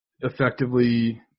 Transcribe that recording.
effectively